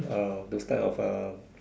uh those type of a